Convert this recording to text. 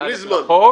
21א לחוק